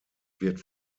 wird